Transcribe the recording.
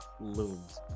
looms